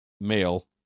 male